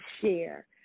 share